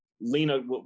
lena